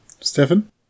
Stefan